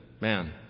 man